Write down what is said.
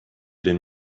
den